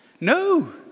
No